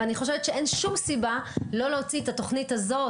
אני חושבת שאין שום סיבה לא להוציא את התוכנית הזאת,